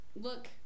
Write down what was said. look